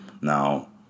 Now